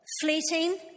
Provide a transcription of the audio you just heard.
fleeting